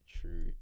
true